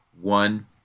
One